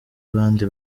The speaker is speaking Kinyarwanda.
abandi